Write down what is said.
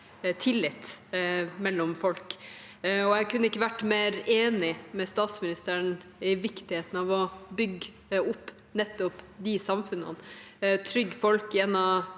mellom folk. Jeg kunne ikke vært mer enig med statsministeren i viktigheten av å bygge opp nettopp de samfunnene og av å trygge folk gjennom